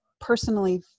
personally